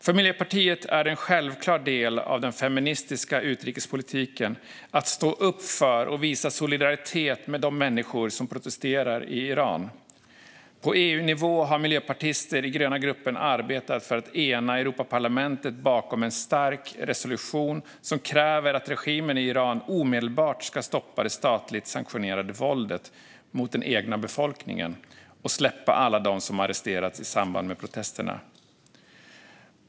För Miljöpartiet är det en självklar del av den feministiska utrikespolitiken att stå upp för och visa solidaritet med de människor som protesterar i Iran. På EU-nivå har miljöpartister i den gröna gruppen arbetat för att ena Europaparlamentet bakom en stark resolution som kräver att regimen i Iran omedelbart ska stoppa det statligt sanktionerade våldet mot den egna befolkningen och släppa alla dem som arresterats i samband med protesterna.